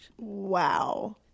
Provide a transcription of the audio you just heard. wow